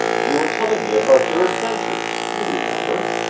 you were telling me about your adventures, you remember.